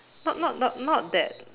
not not not not that